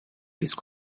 whose